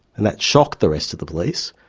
and that shocked the rest of the police,